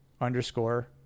underscore